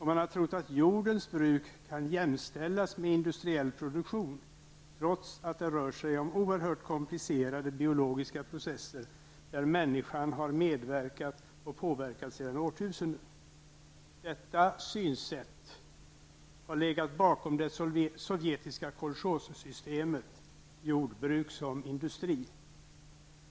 Man har trott att jordens bruk kan jämställas med industriell produktion, trots att det rör sig om oerhört komplicerade biologiska processer, där människan har medverkat och påverkat sedan årtusenden. Detta synsätt har legat bakom det sovjetiska kolchossystemet -- jordbruk som industri.